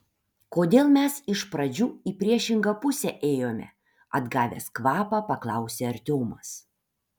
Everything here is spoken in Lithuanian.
kodėl mes iš pradžių į priešingą pusę ėjome atgavęs kvapą paklausė artiomas